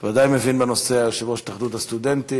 ודאי מבין בנושא, היה יושב-ראש התאחדות הסטודנטים.